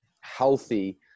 healthy